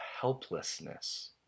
helplessness